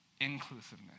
inclusiveness